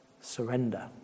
surrender